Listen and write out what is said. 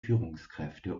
führungskräfte